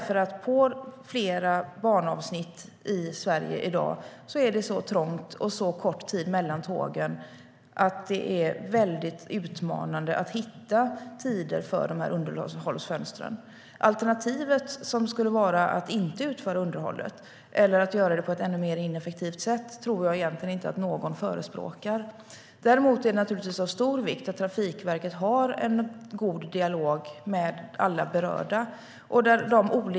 På flera banavsnitt i Sverige i dag är det så trångt och så kort tid mellan tågen att det är väldigt utmanande att hitta tider för underhållsfönstren. Alternativet att inte utföra underhållet eller att göra det på ett ännu mer ineffektivt sätt tror jag egentligen inte att någon förespråkar. Däremot är det naturligtvis av stor vikt att Trafikverket har en god dialog med alla berörda.